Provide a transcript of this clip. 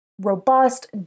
robust